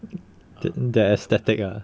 the the aesthetic ah